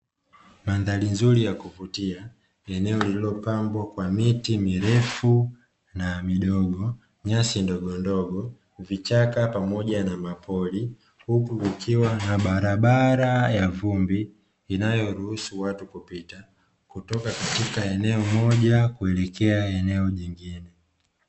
Mandhari nzuri ya kuvutia. Eneo lililopambwa kwa miti mirefu na midogo, nyasi ndogondogo, vichaka pamoja na mapori. Huku kukiwa na barabara ya vumbi inayoruhusu watu kupita kutoka katika eneo moja kuelekea eneo lingine.